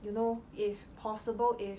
you know if possible if